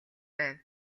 байв